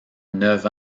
neuf